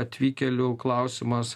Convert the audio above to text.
atvykėlių klausimas